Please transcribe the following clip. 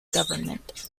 government